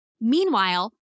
Meanwhile